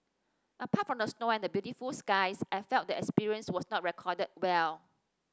apart from the snow and the beautiful skies I felt the experience was not recorded well